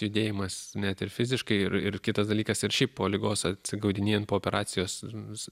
judėjimas net ir fiziškai ir ir kitas dalykas ir šiaip po ligos atsigaudinėjant po operacijos vis